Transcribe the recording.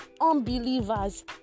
unbelievers